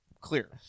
clear